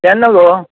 केन्ना गो